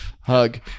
hug